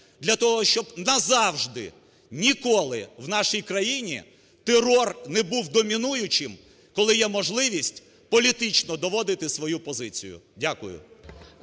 для того, щоб назавжди, ніколи в нашій країні терор не був домінуючим, коли є можливість політично доводити свою позицію. Дякую.